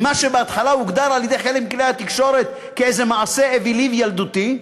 מה שבהתחלה הוגדר על-ידי חלק מכלי התקשורת כאיזה מעשה אווילי וילדותי,